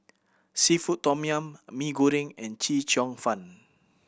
seafood tom yum Mee Goreng and Chee Cheong Fun